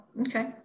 Okay